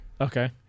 Okay